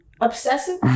Obsessive